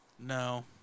No